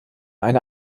eine